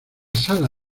sala